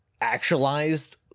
actualized